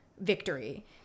victory